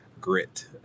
grit